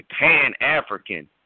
pan-African